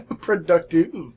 productive